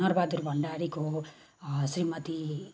नर भण्डारीको श्रीमती